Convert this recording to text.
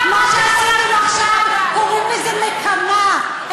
מה שעשיתם עכשיו, קוראים לזה נקמה.